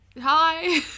Hi